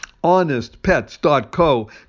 HonestPets.co